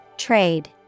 Trade